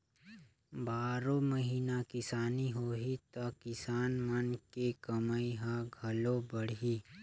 बारो महिना किसानी होही त किसान मन के कमई ह घलो बड़ही